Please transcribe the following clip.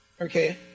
Okay